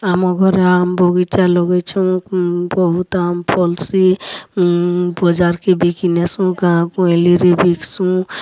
ଆମର୍ ଘରେ ଆମ୍ବ୍ ବଗିଚା ଲଗେଇଛୁଁ ବହୁତ୍ ଆମ୍ବ୍ ଫଲ୍ସି ବଜାର୍ କେ ବିକି ନେସୁଁ ଗାଁ ଗାଉଁଲିରେ ବିକ୍ସୁଁ